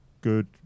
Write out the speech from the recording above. good